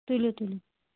تُلِو تُلِو